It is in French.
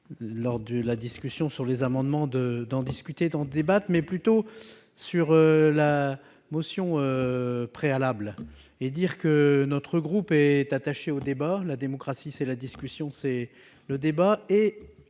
lors de la discussion sur les amendements de d'en discuter, d'en débattre, mais plutôt sur la motion préalable et dire que notre groupe est attaché au débat la démocratie c'est la discussion c'est le débat